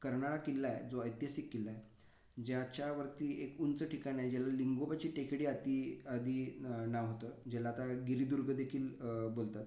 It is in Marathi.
कर्नाळा किल्ला आहे जो ऐतिहासिक किल्ला आहे ज्याच्यावरती एक उंच ठिकाण आहे ज्याला लिंगोबाची टेकडी अति आदी नाव होतं ज्याला आता गिरिदुर्गदेखील बोलतात